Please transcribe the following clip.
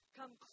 come